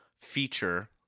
feature